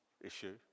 issue